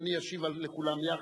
אדוני ישיב לכולם יחד.